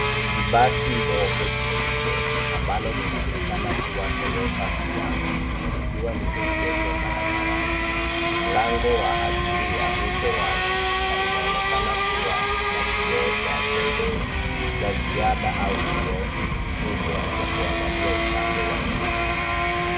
Ni basi ndogo jeupe ambalo linaonekana kuwa Toyota Hiace likiwa limeegeshwa barabarani mlango wa abiria upo wazi na inaonekana kuwa na kioo cha pembeni cha ziada au kioo kikubwa cha kuangalia upande wa nyuma.